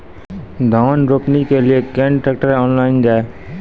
धान रोपनी के लिए केन ट्रैक्टर ऑनलाइन जाए?